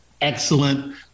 excellent